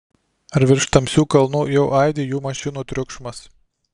ar virš tamsių kalnų jau aidi jų mašinų triukšmas